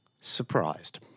surprised